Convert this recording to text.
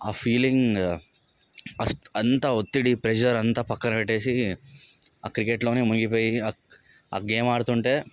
ఆ ఫీలింగ్ అస్ అంత ఒత్తిడి ప్రెషర్ అంతా పక్కన పెట్టి ఆ క్రికెట్లో మునిగిపోయి ఆ గేమ్ ఆడుతుంటే